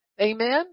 amen